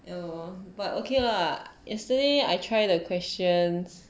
ya know but okay lah yesterday I try the questions